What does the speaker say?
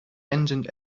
engined